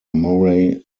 murray